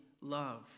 love